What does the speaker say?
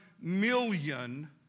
million